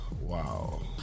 Wow